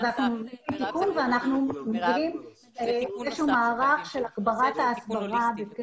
יש מערך של הגברת ההסברה.